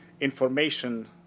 information